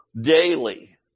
daily